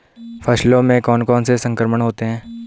फसलों में कौन कौन से संक्रमण होते हैं?